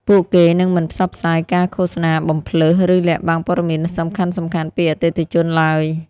ពួកគេនឹងមិនផ្សព្វផ្សាយការឃោសនាបំផ្លើស ឬលាក់បាំងព័ត៌មានសំខាន់ៗពីអតិថិជនឡើយ។